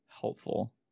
helpful